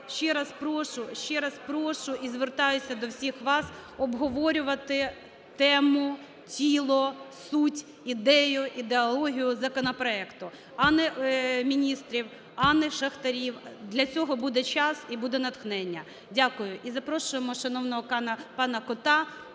ще раз прошу і звертаюся до всіх вас обговорювати тему, тіло, суть, ідею, ідеологію законопроекту, а не міністрів, а не шахтарів. Для цього буде час і буде натхнення. Дякую. І запрошуємо шановного пана Кота,